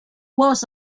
was